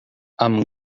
amb